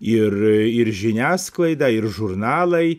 ir ir žiniasklaida ir žurnalai